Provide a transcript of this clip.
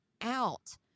out